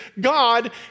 God